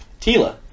Tila